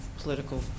political